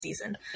season